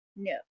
No